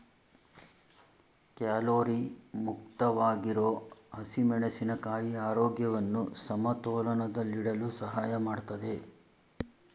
calorie ಮುಕ್ತವಾಗಿರೋ ಹಸಿಮೆಣಸಿನ ಕಾಯಿ ಆರೋಗ್ಯವನ್ನು ಸಮತೋಲನದಲ್ಲಿಡಲು ಸಹಾಯ ಮಾಡ್ತದೆ